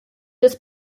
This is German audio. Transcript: des